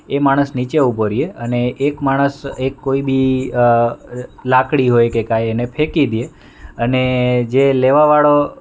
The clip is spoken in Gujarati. એ માણસ નીચે ઊભો રહે અને એક માણસ એક કોઈ બી એ લાકડી હોય તો તે કાંઈ એને ફેંકી દયે ને અને જે લેવાવાળો